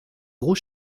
gros